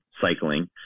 cycling